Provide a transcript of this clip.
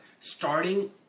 starting